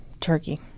Turkey